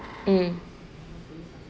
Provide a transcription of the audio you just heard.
mm